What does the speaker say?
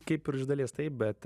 kaip ir iš dalies taip bet